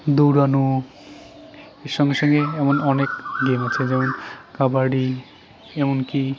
দৌড়ানো এর সঙ্গে সঙ্গে এমন অনেক গেম আছে যেমন কাবাডি এমনকি